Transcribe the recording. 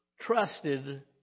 trusted